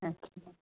अच्छा